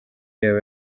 yaba